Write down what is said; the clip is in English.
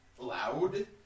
Loud